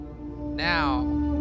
now